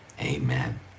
amen